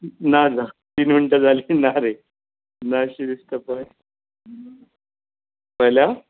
ना ना तीन मिनटां जालीं ना रे ना शी दिसता पळय पळयल्या